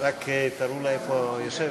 רק תראו לה איפה היא יושבת.